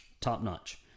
top-notch